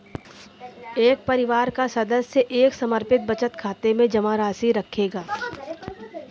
एक परिवार का सदस्य एक समर्पित बचत खाते में जमा राशि रखेगा